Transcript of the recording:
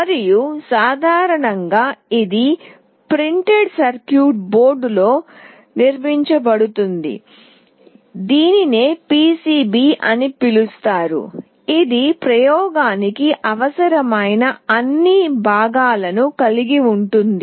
మరియు సాధారణంగా ఇది ప్రింటెడ్ సర్క్యూట్ బోర్డ్లో నిర్మించబడింది దీనినే PCB అని పిలుస్తారు ఇది ప్రయోగానికి అవసరమైన అన్ని భాగాలను కలిగి ఉంటుంది